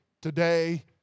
today